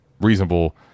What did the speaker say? reasonable